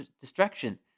destruction